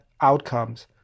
outcomes